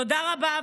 תודה רבה.